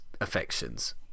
affections